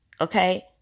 okay